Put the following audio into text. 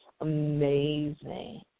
amazing